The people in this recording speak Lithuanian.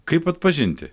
kaip atpažinti